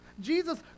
Jesus